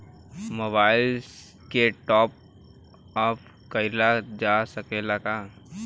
Mobile के top आप कराइल जा सकेला का?